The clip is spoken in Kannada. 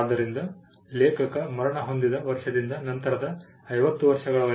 ಆದ್ದರಿಂದ ಲೇಖಕ ಮರಣಹೊಂದಿದ ವರ್ಷದಿಂದ ನಂತರದ 50 ವರ್ಷಗಳವರೆಗೆ